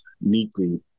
neatly